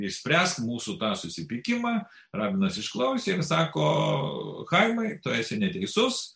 išspręsk mūsų tą susipykimą rabinas išklausė ir sako chaimai tu esi neteisus